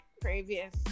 previous